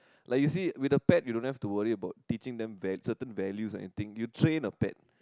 like you see with a pet you don't have to worry about teaching them val~ certain values or anything you train a pet